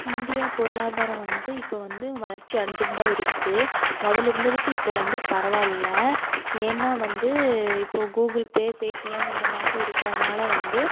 India பொருளாதாரம் வந்து இப்போ வந்து வளர்ச்சி அடைஞ்சிக்கிட்டுதான் இருக்கு முதல்ல இருந்ததுக்கு இப்போ வந்து பரவாயில்லை ஏன்னா வந்து இப்போது கூகுள்பே பேடிஎம் இந்தமாதிரி இருக்கிறதுனால வந்து